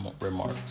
remarks